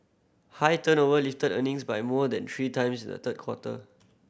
high turnover lifted earnings by more than three times in the third quarter